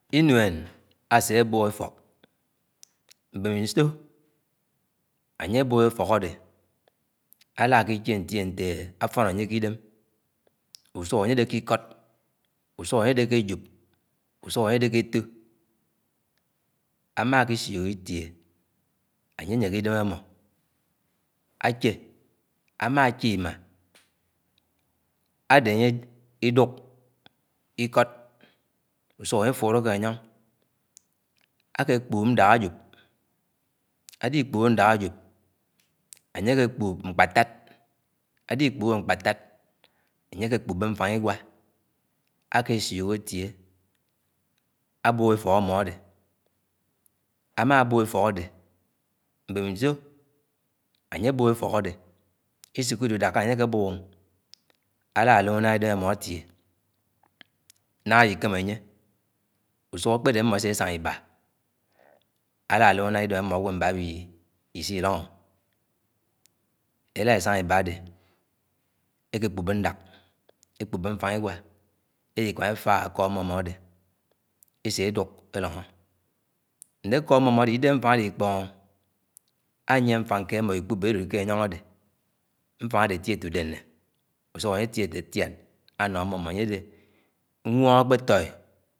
Ìnúen ásébóp éfọk, mbémiso añye ábõb éfok ádé. Idákiche ñdée nte afoñ añye idém úsuk añye adé kikod úsúk añye ádé ké ajóp úsúk añye adé ke etó. Áma kisiokitie enye añyehé ìdém ámo áche, ámache imma ade añye ìdúk ìkọd úsúk añye áfúlọ ke añyoñg áké kpúb ñdák ajóp. Alikpúbó, ndák ajop enye ke kpúub mkpatád, alikpúbó mkpatád anye ké kpúub mfáng igua ákésiok étié abop éfọk ámó ádé ámá ábop efọk édé mbémiso añyeábòb éfọk adé isukiide daka añye ke bób álálómó ñañga idem átie nanga álimkém añye. Usúk kpedé mmo ésésanga ibá álálómo nãñga idem amogwo mm̃ba. Elásánga iba ade eké kpúbó ndák ékpubó mfang ìgúa elikama efaak akọr mmomoade eseduk elóngo. Ndé akot mmõmõadé idéhé mfang ádé ikpọng, añyie mfang kẽed ámọ elikpubó elod ke añyóng adé mfang ade atiente údéñe átiente tian añọ mmo añye mmong ákpe toi.